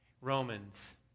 Romans